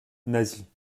nasie